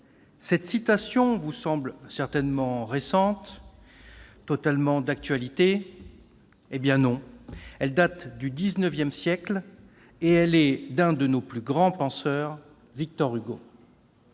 Cette citation vous semble certainement récente, et totalement d'actualité. Pourtant, elle date du XIX siècle, et elle est d'un de nos plus grands penseurs : Victor Hugo.